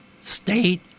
state